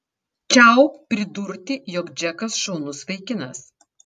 čiau pridurti jog džekas šaunus vaikinas